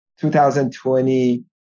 2020